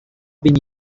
been